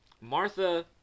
Martha